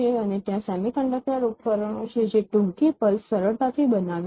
અને ત્યાં સેમિકન્ડક્ટર ઉપકરણો છે જે ટૂંકી પલ્સ સરળતાથી બનાવે છે